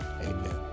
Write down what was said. Amen